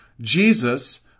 jesus